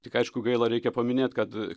tik aišku gaila reikia paminėt kad